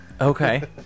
Okay